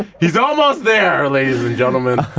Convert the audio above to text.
he's almost there, ladies and gentlemen.